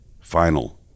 final